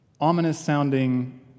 ominous-sounding